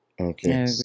Okay